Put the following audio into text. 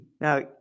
now